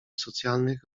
socjalnych